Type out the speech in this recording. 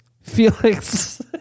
Felix